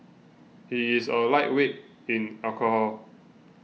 he is a lightweight in alcohol